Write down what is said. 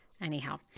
Anyhow